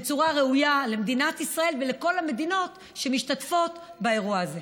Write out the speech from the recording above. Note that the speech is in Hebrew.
בצורה ראויה למדינת ישראל ולכל המדינות שמשתתפות באירוע הזה.